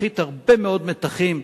תפחית הרבה מאוד מתחים,